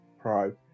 Pro